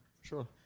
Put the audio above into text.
Sure